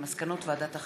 על מסקנות ועדת החינוך,